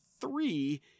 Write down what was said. three